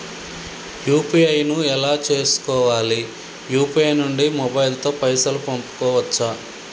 UPI ను ఎలా చేస్కోవాలి యూ.పీ.ఐ నుండి మొబైల్ తో పైసల్ పంపుకోవచ్చా?